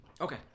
okay